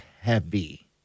heavy